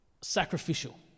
sacrificial